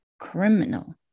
criminal